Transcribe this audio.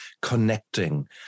connecting